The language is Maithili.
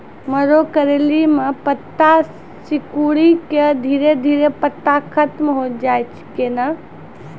मरो करैली म पत्ता सिकुड़ी के धीरे धीरे पत्ता खत्म होय छै कैनै?